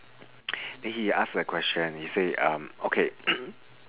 then he ask the question he said um okay